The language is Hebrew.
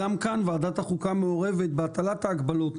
גם כאן ועדת החוקה מעורבת בהטלת ההגבלות,